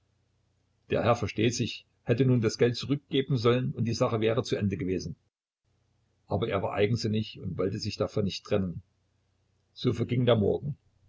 der herr versteht sich hätte nun das geld zurückgeben sollen und die sache wäre zu ende gewesen aber er war eigensinnig und wollte sich davon nicht trennen so verging der morgen